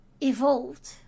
evolved